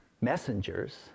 messengers